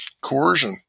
coercion